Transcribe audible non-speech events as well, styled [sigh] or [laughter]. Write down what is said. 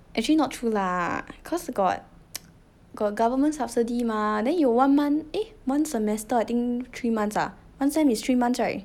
actually not true lah cause got [noise] got government subsidy mah then you one month eh one semester I think three months ah one sem is three months right